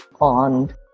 on